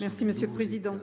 Merci monsieur le président,